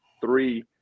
three